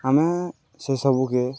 ଆମେ ସେସବୁକେ